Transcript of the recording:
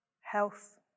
health